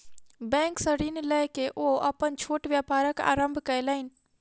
bank सॅ ऋण लय के ओ अपन छोट व्यापारक आरम्भ कयलैन